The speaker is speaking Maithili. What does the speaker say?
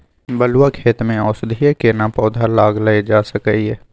बलुआ खेत में औषधीय केना पौधा लगायल जा सकै ये?